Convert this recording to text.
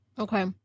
Okay